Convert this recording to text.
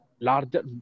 larger